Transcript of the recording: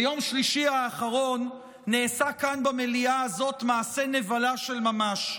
ביום שלישי האחרון נעשה כאן במליאה הזאת מעשה נבלה של ממש.